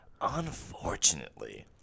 Unfortunately